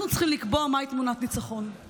אנחנו צריכים לקבוע מהי תמונת ניצחון.